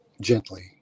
gently